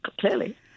clearly